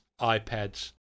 iPads